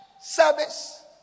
service